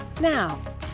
Now